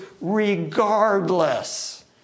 regardless